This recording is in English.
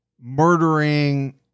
murdering